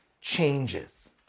changes